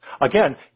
Again